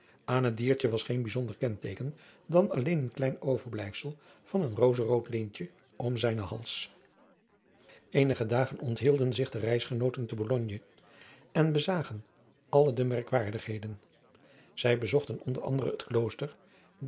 aan het diertje was geen bijzonder kenteeken dan alleen een klein overblijfsel van een rozerood lintje om zijnen hals eenige dagen onthielden zich de reisgenooten te bologne en bezagen alle de merkwaardigheden zij bezochten onder anderen het klooster